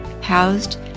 housed